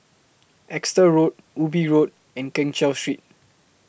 Exeter Road Ubi Road and Keng Cheow Street